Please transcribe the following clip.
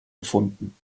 gefunden